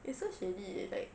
it's so shady like